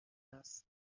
است